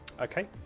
Okay